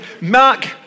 Mark